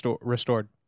restored